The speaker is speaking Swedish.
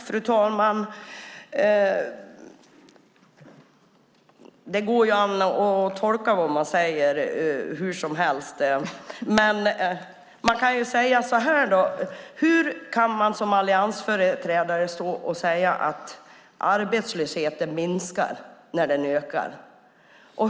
Fru talman! Det går att tolka vad man säger hur som helst. Men hur kan man som alliansföreträdare säga att arbetslösheten minskar när den ökar?